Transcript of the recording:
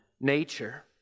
nature